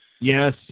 Yes